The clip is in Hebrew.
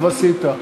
טוב עשית.